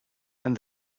and